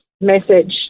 message